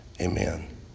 Amen